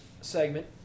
segment